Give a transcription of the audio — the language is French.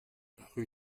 rue